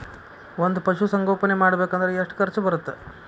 ಒಂದ್ ಪಶುಸಂಗೋಪನೆ ಮಾಡ್ಬೇಕ್ ಅಂದ್ರ ಎಷ್ಟ ಖರ್ಚ್ ಬರತ್ತ?